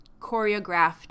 choreographed